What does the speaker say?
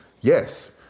yes